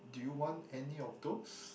do you want any of those